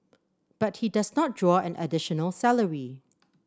but he does not draw an additional salary